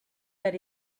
that